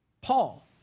Paul